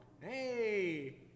Hey